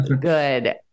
good